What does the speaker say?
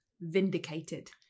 Vindicated